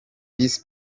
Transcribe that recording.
visi